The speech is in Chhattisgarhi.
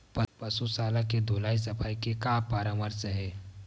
पशु शाला के धुलाई सफाई के का परामर्श हे?